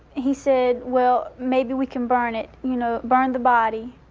he said, well, maybe we can burn it, you know, burn the body.